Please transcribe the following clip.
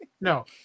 no